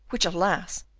which, alas!